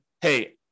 hey